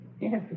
Yes